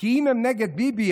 כי אם הם נגד ביבי,